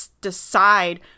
decide